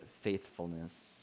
faithfulness